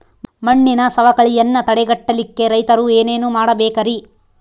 ಮಣ್ಣಿನ ಸವಕಳಿಯನ್ನ ತಡೆಗಟ್ಟಲಿಕ್ಕೆ ರೈತರು ಏನೇನು ಮಾಡಬೇಕರಿ?